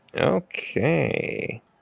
Okay